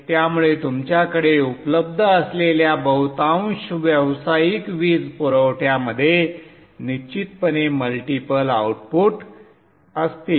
त्यामुळे तुमच्याकडे उपलब्ध असलेल्या बहुतांश व्यावसायिक वीज पुरवठ्यांमध्ये निश्चितपणे मल्टिपल आउटपुट असतील